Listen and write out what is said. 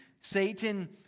Satan